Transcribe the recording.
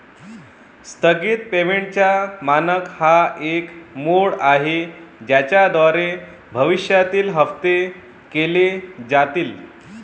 स्थगित पेमेंटचा मानक हा एक मोड आहे ज्याद्वारे भविष्यातील हप्ते केले जातील